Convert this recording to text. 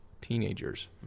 teenagers